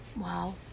Wow